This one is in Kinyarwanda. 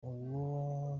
uwo